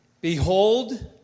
Behold